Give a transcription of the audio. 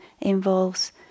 involves